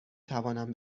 توانم